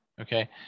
Okay